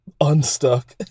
unstuck